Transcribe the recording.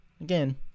Again